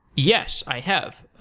yes, i have.